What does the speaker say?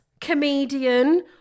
comedian